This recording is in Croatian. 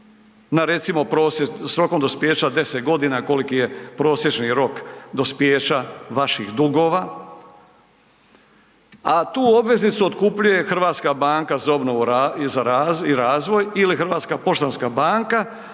na recimo prosjek, s rokom dospijeća 10 godina, koliki je prosječni rok dospijeća vaših dugova, a tu obveznicu otkupljuje HBOR ili Hrvatska poštanska banka